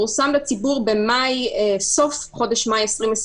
הוא פורסם לציבור בסוף חודש מאי 2020,